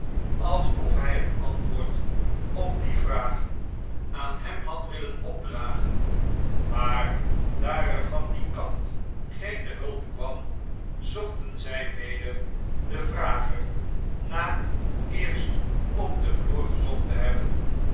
alsof hij het antwoord op die vraag aan hem had willen opdragen maar daar er van dien kant geene hulp kwam zochten zjj weder den vrager na eerst op den vloer gezocht te hebben